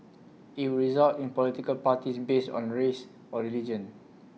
IT would result in political parties based on race or religion